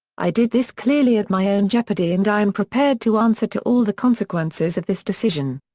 i did this clearly at my own jeopardy and i am prepared to answer to all the consequences of this decision.